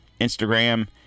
Instagram